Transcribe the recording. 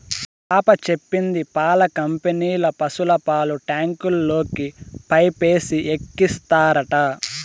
పాప చెప్పింది పాల కంపెనీల పశుల పాలు ట్యాంకుల్లోకి పైపేసి ఎక్కిత్తారట